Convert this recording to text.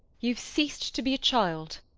you've ceased to be a child.